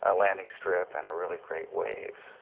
ah landingstrip and a really great wave.